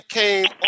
came